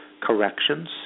corrections